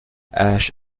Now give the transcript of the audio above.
ash